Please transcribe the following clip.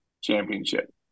championship